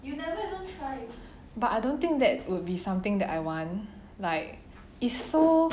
but I don't think that would be something that I want like it's so